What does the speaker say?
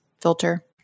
filter